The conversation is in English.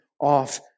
off